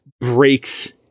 breaks